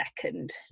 second